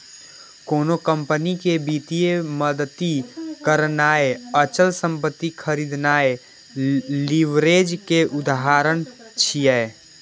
कोनो कंपनी कें वित्तीय मदति करनाय, अचल संपत्ति खरीदनाय लीवरेज के उदाहरण छियै